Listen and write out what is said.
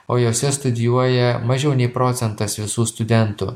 o jose studijuoja mažiau nei procentas visų studentų